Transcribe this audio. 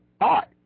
art